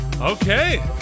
Okay